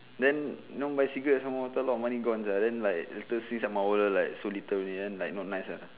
then no bicycle some more after a lot of money gone ah then like later see some older so little only then like no nice uh